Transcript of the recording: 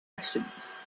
questions